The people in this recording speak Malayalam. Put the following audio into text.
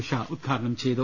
ഉഷ ഉദ്ഘാടനം ചെയ്തു